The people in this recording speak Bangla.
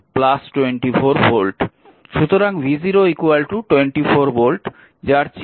সুতরাং v0 24 ভোল্ট যার চিহ্ন